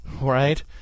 right